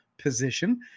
position